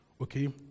okay